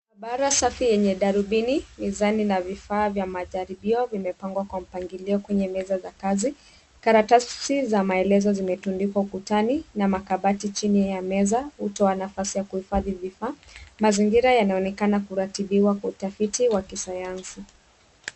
Mahabara safi safi yenye darubini, mizani na vifaa vya majaribio, vimepangwa kwa mpangilio kwenye meza za kazi. Karatasi za maelezo zimetundikwa ukutani. Na makabati chini ya meza hutoa nafasi ya kuhifadhi vifaa. Mazingira yanaonekana kuratibiwa kwa utafiti wa kisayansi.